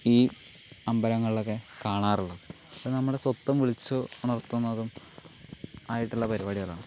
ഈ അമ്പലങ്ങളിലൊക്കെ കാണാറുള്ളത് അത് നമ്മുടെ സ്വത്വം വിളിച്ചുണർത്തുന്നതും ആയിട്ടുള്ള പരിപാടികളാണ്